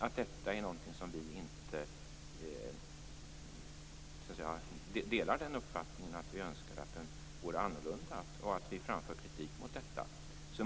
Vi delar inte den uppfattningen, vi önskar att den vore annorlunda och vi framför kritik mot detta.